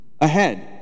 ahead